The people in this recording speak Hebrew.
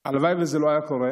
הלוואי שזה לא היה קורה,